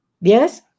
Yes